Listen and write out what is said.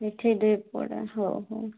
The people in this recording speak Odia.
ମିଠେଇ ଦୁଇ ପୋଡ଼ା ହଉ ହଉ